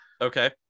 Okay